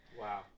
Wow